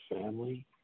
family